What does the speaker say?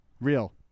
Real